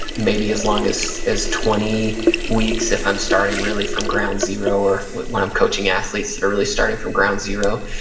maybe as long as as twenty weeks if i'm starting really ground zero or when i'm coaching athletes that are really starting from ground zero.